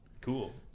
cool